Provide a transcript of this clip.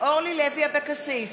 אורלי לוי אבקסיס,